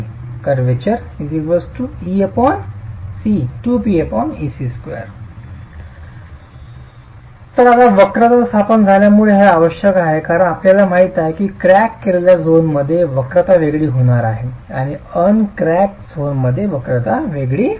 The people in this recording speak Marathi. तर आता वक्रता स्थापन झाल्यामुळे हे आवश्यक आहे कारण आपल्याला माहित आहे की क्रॅक केलेल्या झोनमध्ये वक्रता वेगळी होणार आहे आणि अनक्रॅकड झोनमध्ये वक्रता वेगळी होणार आहे